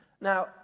Now